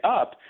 up